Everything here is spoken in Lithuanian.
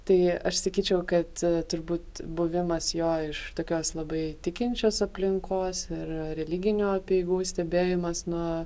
tai aš sakyčiau kad turbūt buvimas jo iš tokios labai tikinčios aplinkos ir religinių apeigų stebėjimas nuo